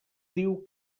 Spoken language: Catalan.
diu